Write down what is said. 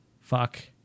Fuck